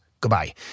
goodbye